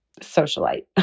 socialite